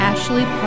Ashley